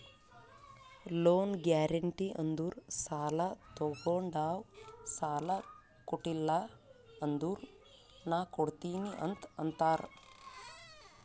loan guarantee ಅಂದುರ್ ಸಾಲಾ ತೊಗೊಂಡಾವ್ ಸಾಲಾ ಕೊಟಿಲ್ಲ ಅಂದುರ್ ನಾ ಕೊಡ್ತೀನಿ ಅಂತ್ ಅಂತಾರ್